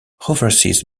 overseas